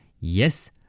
Yes